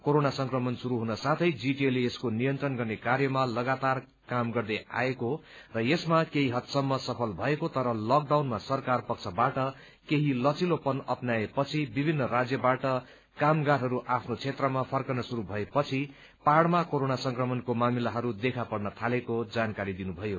corona संक्रमण शुरू हुन साथै जीटीएले यसको नियन्त्रण गर्ने कार्यमा लगातार काम गर्दै आएको र यसमा केही हदसम्म सफल भएको तर लकडाउनमा सरकार पक्षबाट केही लचिलोपन अपनाए पछि विभिन्न राज्यबाट कामगारहरू आफ्नो क्षेत्रमा फर्कन शुरू भए पछि पहाड़मा कोरोना संक्रमणको मामिलाहरू देखा पर्न थालेको जानकारी दिनुभयो